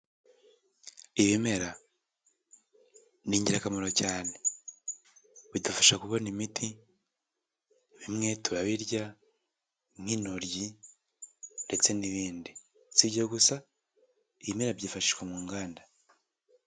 Ibimera ni ingirakamaro cyane, bidufasha kubona imiti, bimwe tubirya nk'inoryi ndetse n'ibindi, si ibyo gusa, ibimera byifashishwa mu nganda.